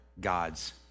God's